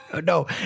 No